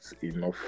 enough